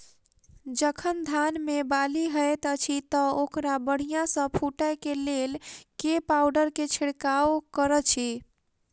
जखन धान मे बाली हएत अछि तऽ ओकरा बढ़िया सँ फूटै केँ लेल केँ पावडर केँ छिरकाव करऽ छी?